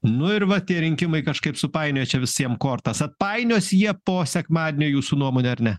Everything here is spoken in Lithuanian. nu ir va tie rinkimai kažkaip supainiojo čia visiem kortas atpainios jie po sekmadienio jūsų nuomone ar ne